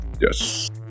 Yes